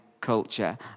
culture